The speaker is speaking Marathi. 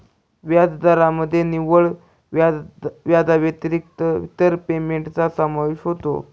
व्याजदरामध्ये निव्वळ व्याजाव्यतिरिक्त इतर पेमेंटचा समावेश होतो